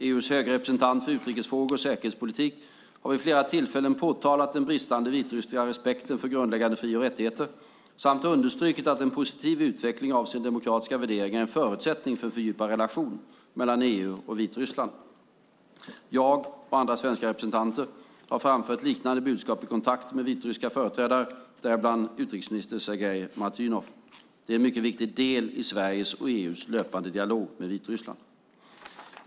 EU:s höga representant för utrikes frågor och säkerhetspolitik har vid flera tillfällen påtalat den bristande vitryska respekten för grundläggande fri och rättigheter samt understrukit att en positiv utveckling avseende demokratiska värderingar är en förutsättning för en fördjupad relation mellan EU och Vitryssland. Jag och andra svenska representanter har framfört liknande budskap i kontakter med vitryska företrädare, däribland utrikesminister Sergej Martynov. Detta är en mycket viktig del i Sveriges och EU:s löpande dialog med Vitryssland.